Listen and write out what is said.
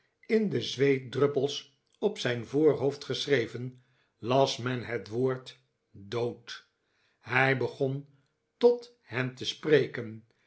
in de zweetdruppels op zijn voorhoofd geschreven las men het woord dood hij begon tot hen te spreken